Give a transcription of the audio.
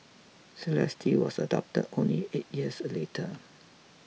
Celeste was adopted only eight years later